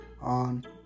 on